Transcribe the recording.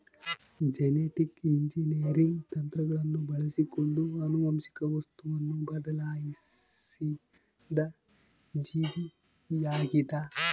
genetic engineering ತಂತ್ರಗಳನ್ನು ಬಳಸಿಕೊಂಡು ಆನುವಂಶಿಕ ವಸ್ತುವನ್ನು ಬದಲಾಯಿಸಿದ ಜೀವಿಯಾಗಿದ